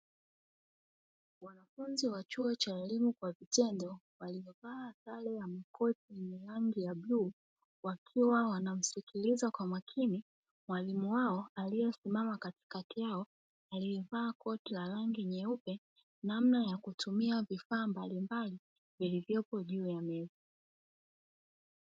Wanafunzi wa chuo cha ualimu kwa vitendo waliovaa sare ya makoti yenye rangi ya bluu, wakiwa wanamsikiliza kwa makini mwalimu wao aliyesimama katikati yao aliyevaa koti la rangi nyeupe namna ya kutumia vifaa mbalimbali vilivyopo juu ya meza.